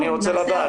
אני רוצה לדעת,